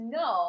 no